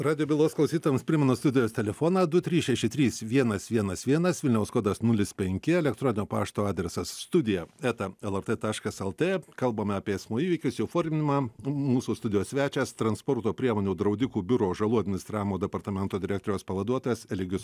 radijo bylos klausytojams primenu studijos telefoną du trys šeši trys vienas vienas vienas vilniaus kodas nulis penki elektroninio pašto adresas studija eta lrt taškas lt kalbame apie eismo įvykius jų forminimą mūsų studijos svečias transporto priemonių draudikų biuro žalų administravimo departamento direktoriaus pavaduotojas eligijus